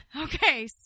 Okay